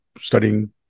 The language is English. studying